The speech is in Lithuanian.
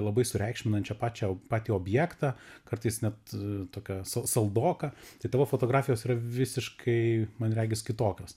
labai sureikšminančią pačią patį objektą kartais net tokią sal saldoką tai tavo fotografijos yra visiškai man regis kitokios